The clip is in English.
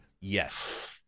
yes